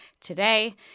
today